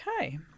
Okay